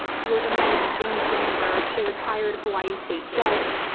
where a man named james dannenberg, a retired hawaii state judge,